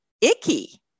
icky